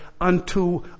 unto